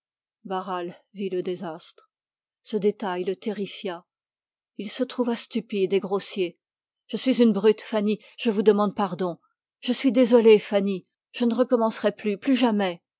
le désastre ce détail le terrifia il se trouva stupide et grossier je suis une brute fanny je vous demande pardon je ne recommencerai plus plus jamais